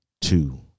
two